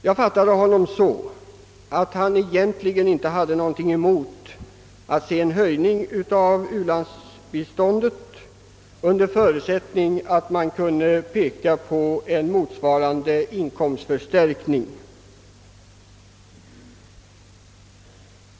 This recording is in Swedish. Jag fattade honom så, att han egentligen inte hade någonting emot att se en höjning av u-landsbiståndet under förutsättning att man kunde peka på en motsvarande inkomstförstärkning.